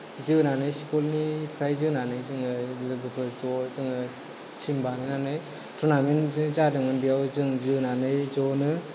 जोनानै स्कुलनिफ्राय जोनानै जोङो लोगोफोर ज जोङो थिम बानायनानै टुर्नामेन्त जे जादोंमोन बेयाव जों जोनानै जनो